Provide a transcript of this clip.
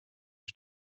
ich